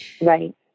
Right